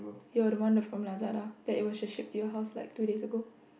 ya the one that from Lazada that it was shipped to your house like two days ago